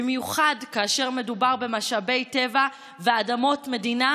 במיוחד כאשר מדובר במשאבי טבע ואדמות מדינה,